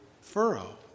furrow